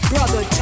Brother